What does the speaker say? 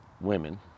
women